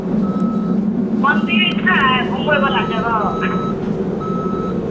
मन्दिर छै घुमबयवला जगह